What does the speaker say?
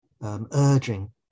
urging